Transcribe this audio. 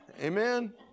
Amen